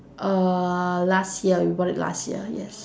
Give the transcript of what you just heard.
uh last year we bought it last year yes